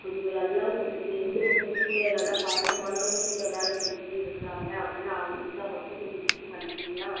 கொஞ்சம் எல்லாம் கொஞ்சம் தெரிஞ்சவங்க கூட நல்லா பழக்கமானவங்கள் கூட வேலை செஞ்சுன்னு இருக்கிறாங்க அப்படின்னா அவங்க இருந்தால் மட்டும் கொஞ்சம் வீட்டுக்கு அனுப்புகிறீங்களா